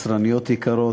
קצרניות יקרות,